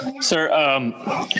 Sir